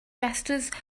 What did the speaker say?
justice